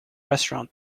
restaurant